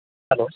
hello